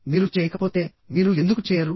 మీరు చేయకపోతే మీరు ఎందుకు చేయరు